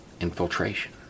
infiltration